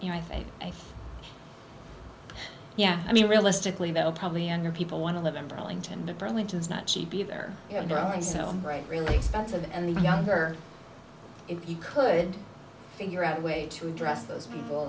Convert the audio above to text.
you know i think yeah i mean realistically though probably younger people want to live in burlington to burlington is not cheap either you know driving sound right really expensive and the younger if you could figure out a way to address those people